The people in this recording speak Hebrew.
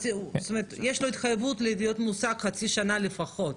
זאת אומרת יש לו התחייבות להיות מועסק חצי שנה לפחות.